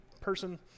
person